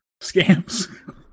scams